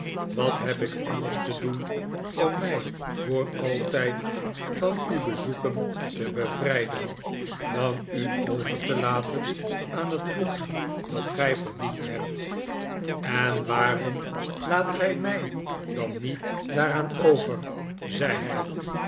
wat heb ik anders te doen om mij voor altijd van uw bezoeken te bevrijden dan u over te laten aan het lot dat gij verdiend hebt en waarom laat gij mij dan niet daaraan over zei hij